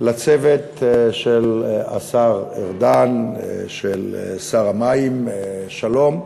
לצוות של השר ארדן, של שר המים, שלום,